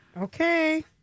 Okay